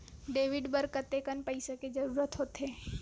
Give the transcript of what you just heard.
Credit बर कतेकन पईसा के जरूरत होथे?